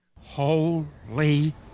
holy